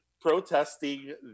Protesting